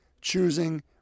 choosing